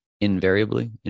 invariably